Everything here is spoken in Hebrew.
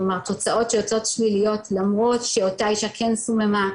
כלומר תוצאות שיוצאות שליליות למרות שאותה אישה כן סוממה,